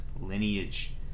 Lineage